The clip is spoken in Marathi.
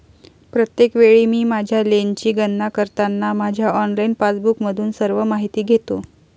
प्रत्येक वेळी मी माझ्या लेनची गणना करताना माझ्या ऑनलाइन पासबुकमधून सर्व माहिती घेतो